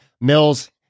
Mills